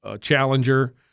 challenger